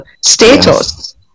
status